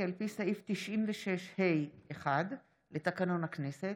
כי על פי סעיף 96(ה)1 לתקנון הכנסת,